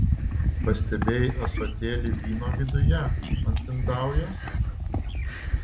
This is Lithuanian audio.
pastebėjai ąsotėlį vyno viduje ant indaujos